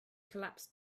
collapsed